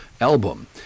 album